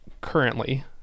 currently